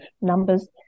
numbers